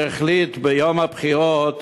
שהחליט ביום הבחירות